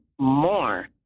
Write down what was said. more